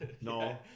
No